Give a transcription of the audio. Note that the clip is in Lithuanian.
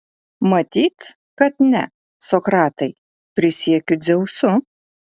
matyt kad ne sokratai prisiekiu dzeusu